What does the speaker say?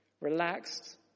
relaxed